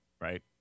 Right